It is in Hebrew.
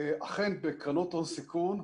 אכן בקרנות הון סיכון,